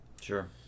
sure